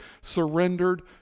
surrendered